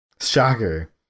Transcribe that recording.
Shocker